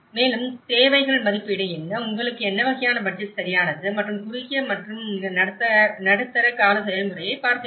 மேலும் தேவைகள் மதிப்பீடு என்ன உங்களுக்கு என்ன வகையான பட்ஜெட் சரியானது மற்றும் குறுகிய மற்றும் நடுத்தர கால செயல்முறையைப் பார்க்க வேண்டும்